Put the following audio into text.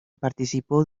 participó